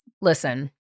Listen